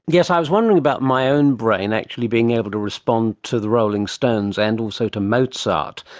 yes, i was wondering about my own brain actually being able to respond to the rolling stones and also to mozart,